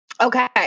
Okay